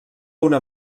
una